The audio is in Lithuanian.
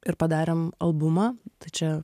ir padarėm albumą tai čia